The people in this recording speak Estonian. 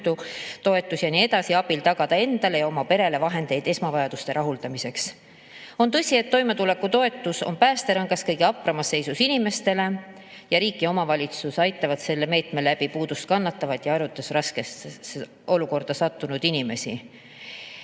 töötutoetuse ja nii edasi abil tagada endale ja oma perele vahendeid esmavajaduste rahuldamiseks. On tõsi, et toimetulekutoetus on päästerõngas kõige hapramas seisus inimestele ning riik ja omavalitsus aitavad selle meetmega puudustkannatavaid ja raskesse olukorda sattunud inimesi.